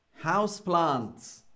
houseplants